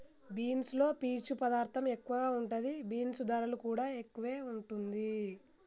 beans లో పీచు పదార్ధం ఎక్కువ ఉంటది, బీన్స్ ధరలు కూడా ఎక్కువే వుంటుంది